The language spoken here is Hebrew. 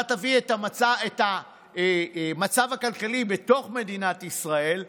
אתה תביא את המצב הכלכלי בתוך מדינת ישראל לשפל.